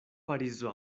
parizo